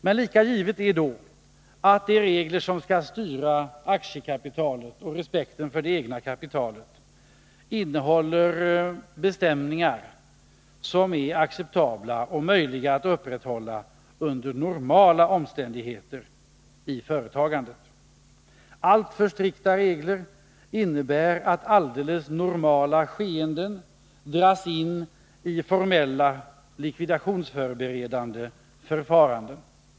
Men lika givet är då att de regler som skall styra aktiekapitalet och respekten för det egna kapitalet måste innehålla bestämningar som är acceptabla och möjliga att upprätthålla under normala omständigheter i företagandet. Alltför strikta regler innebär att alldeles normala skeenden dras in i formella likvidationsförberedande förfaranden.